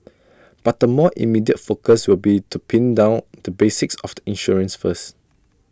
but the more immediate focus will be to pin down the basics of the insurance first